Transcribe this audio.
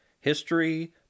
History